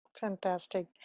fantastic